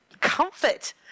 comfort